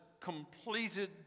completed